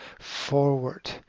forward